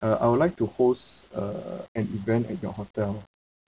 uh I would like to host uh an event at the hotel